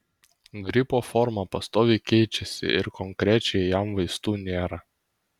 gripo forma pastoviai keičiasi ir konkrečiai jam vaistų nėra